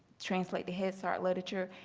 translate the head start literature,